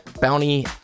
Bounty